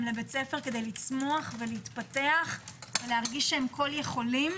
לבית הספר כדי לצמוח ולהתפתח ולהרגיש שהם כל-יכולים,